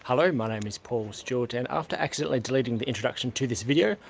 hello, my name is paul stewart and after accidentally deleting the introduction to this video,